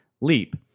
leap